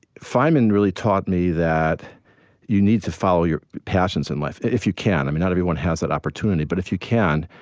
feynman really taught me that you need to follow your passions in life if you can. i mean, not everyone has that opportunity. but if you can,